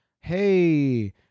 Hey